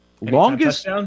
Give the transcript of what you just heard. longest